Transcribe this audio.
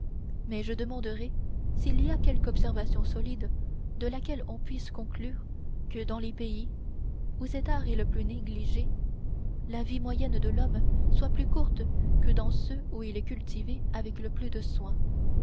mais je demanderai s'il y a quelque observation solide de laquelle on puisse conclure que dans les pays où cet art est le plus négligé la vie moyenne de l'homme soit plus courte que dans ceux où il est cultivé avec le plus de soin